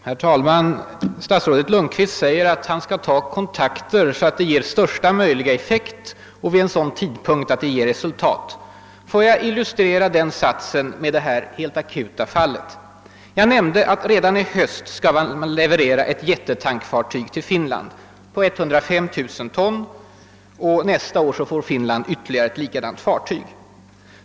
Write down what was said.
Herr talman! Statsrådet Lundkvist säger att han skall ta kontakter så att dessa ger största möjliga effekt och vid en sådan tidpunkt att de ger resultat. Får jag illustrera den satsen med ett akut fall. Jag nämnde att redan i höst skall man leverera ett jättetankfartyg till Finland på 105 000 ton. Nästa år skall Finland få ytterligare ett likadant fartyg.